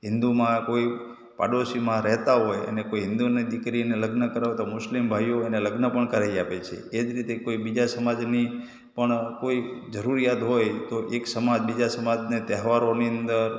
હિન્દુમાં કોઈ પાડોશીમાં રહેતાં હોય એને કોઈ હિન્દુની દીકરીને લગ્ન કરાવે તો મુસ્લિમ ભાઈઓ એને લગ્ન પણ કરાવી આપે છે એ જ રીતે કોઈ બીજા સમાજની પણ કોઈ જરૂરિયાત હોય તો એક સમાજ બીજા સમાજને તહેવારોની અંદર